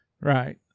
Right